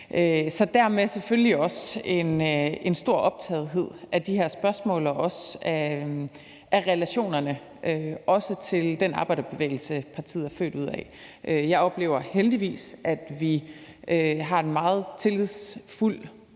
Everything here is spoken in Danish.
Så dermed har jeg selvfølgelig også en stor optagethed af de her spørgsmål og også af relationerne til den arbejderbevægelse, partiet er født ud af. Jeg oplever heldigvis, at vi har en meget tillidsfuld